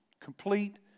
Complete